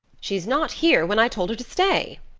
she's not here when i told her to stay,